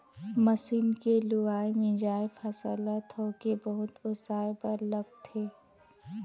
machine के लुवाए, मिंजाए फसल ल थोके बहुत ओसाए बर लागथे